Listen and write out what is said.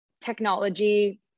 technology